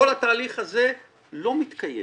כל התהליך הזה לא מתקיים.